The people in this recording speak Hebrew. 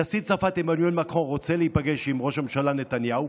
נשיא צרפת עמנואל מקרון רוצה להיפגש עם ראש הממשלה נתניהו,